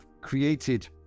created